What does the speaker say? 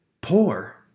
poor